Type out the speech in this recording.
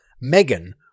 Megan